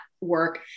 work